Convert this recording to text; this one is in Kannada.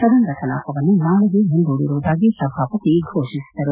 ಸದನದ ಕಲಾಪವನ್ನು ನಾಳೆಗೆ ಮುಂದೂಡಿರುವುದಾಗಿ ಸಭಾಪತಿ ಘೋಷಿಸಿದರು